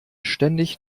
ständig